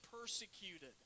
persecuted